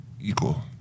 equal